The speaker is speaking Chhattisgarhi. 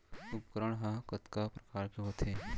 उपकरण हा कतका प्रकार के होथे?